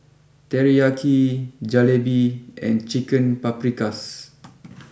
Teriyaki Jalebi and Chicken Paprikas